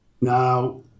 Now